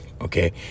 okay